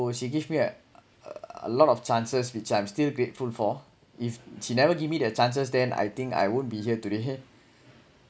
oh you give me a lot of chances which I'm still grateful for if she never give me the chances then I think I won't be here today